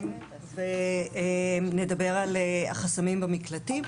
ונדבר על החסמים במקלטים.